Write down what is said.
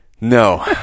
No